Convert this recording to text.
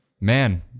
man